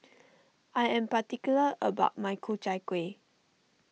I am particular about my Ku Chai Kueh